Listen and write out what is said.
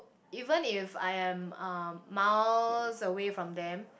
even if I am um miles away from them